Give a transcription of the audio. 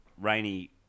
rainy